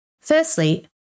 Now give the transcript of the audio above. Firstly